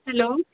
hello